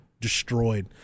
destroyed